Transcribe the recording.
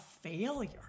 failure